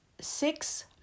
six